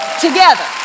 together